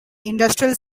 industrial